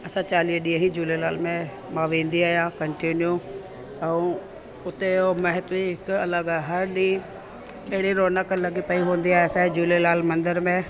असां चालीहे ॾींहं ई झूलेलाल में मां वेंदी आहियां कंटिन्यू ऐं उते जो महत्व ई हिकु अलॻि आहे हर ॾींहं अहिड़ी रौनक लॻी पई हूंदी आहे असांजे झूलेलाल मंदर में